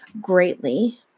greatly